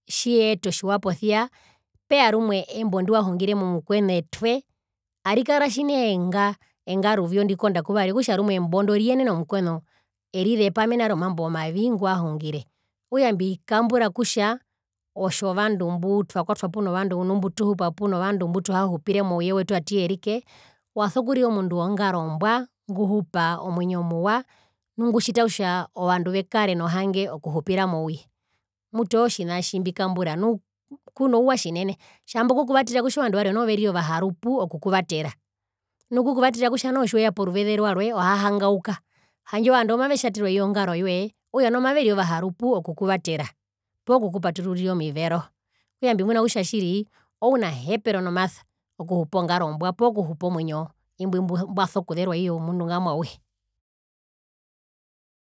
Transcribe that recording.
Tjiyete otjiwa posia peya embo rimwe ndiwahungire momukwenu etwe arikana tjina enga ruvyo ndikonda kuvari okutja rumwe embo ndo omukwenu erizepa mena romambo mavi ngwahungire okutja mbikambura kutja otjovandu mbutwakwatwa puno vandu nu mbutuhupa puno vandu mbutuhahupire mouye wetu atuyerike waso kurira omundu wongaro mbwa nguhupa omwinyo muwa nu ngutjita kutja ovandu vekare nohange okuhupira mouye mutu ootjina tjimbikambura nu kunouwa tjinene tjambo kukuvatera kutja ovandu varwe noho verire ovaharupu okukuvatera nu kukuvatera kutja tjiweya poruveze rwarwe ohahangauka handje ovandu owo mavetjaterwa iyo ngaro yoye okutja noho maverire ovaharupu okukuvatera poo kukupatururira omivero okkutja mbimuna kutja tjiri ounahepero nomasa okuhupa ongaro mbwa poo mwinyo mbwaso kuzerwa iyo mundu ngamwa auhe.